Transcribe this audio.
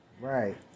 Right